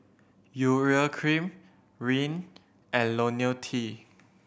Urea Cream Rene and Ionil T